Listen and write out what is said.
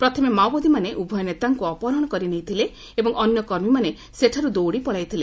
ପ୍ରଥମେ ମାଓବାଦୀମାନେ ଉଭୟ ନେତାଙ୍କୁ ଅପହରଣ କରି ନେଇଥିଲେ ଏବଂ ଅନ୍ୟ କର୍ମୀମାନେ ସେଠାରୁ ଦୌଡ଼ି ପଳାଇଥିଲେ